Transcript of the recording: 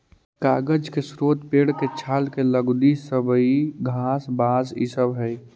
कागज के स्रोत पेड़ के छाल के लुगदी, सबई घास, बाँस इ सब हई